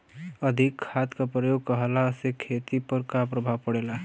अधिक खाद क प्रयोग कहला से खेती पर का प्रभाव पड़ेला?